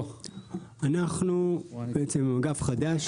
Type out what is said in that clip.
אנחנו אגף חדש,